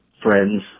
Friends